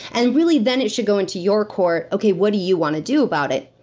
and really then it should go into your court. okay, what do you want to do about it?